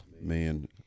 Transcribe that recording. man